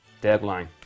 deadline